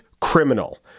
criminal